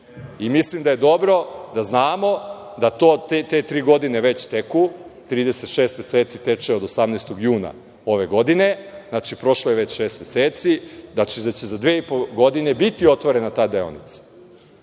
Mislim da je dobro da znamo da te tri godine već teku, 36 meseci teče od 18. juna ove godine, znači, prošlo je već šest meseci, da će za dve i po godine biti otvorena ta deonica.